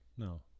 No